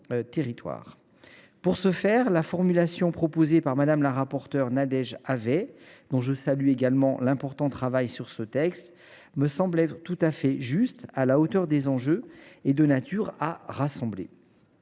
Dans ce cadre, la formulation proposée par Mme la rapporteure Nadège Havet, dont je salue l’important travail sur ce texte, me semble être tout à fait juste, à la hauteur des enjeux et de nature à rassembler.